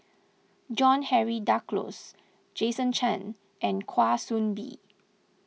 John Henry Duclos Jason Chan and Kwa Soon Bee